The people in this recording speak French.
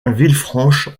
villefranche